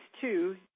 two